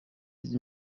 dix